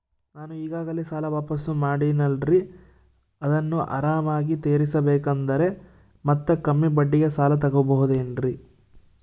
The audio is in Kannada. ನಾನು ಈಗಾಗಲೇ ಸಾಲ ವಾಪಾಸ್ಸು ಮಾಡಿನಲ್ರಿ ಅದನ್ನು ಆರಾಮಾಗಿ ತೇರಿಸಬೇಕಂದರೆ ಮತ್ತ ಕಮ್ಮಿ ಬಡ್ಡಿಗೆ ಸಾಲ ತಗೋಬಹುದೇನ್ರಿ?